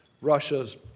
Russia's